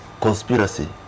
conspiracy